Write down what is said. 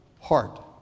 heart